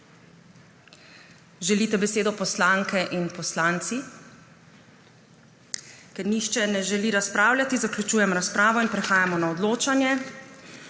Želite besedo, poslanke in poslanci? (Ne.) Ker nihče ne želi razpravljati, zaključujem razpravo in prehajamo na odločanje.